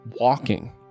walking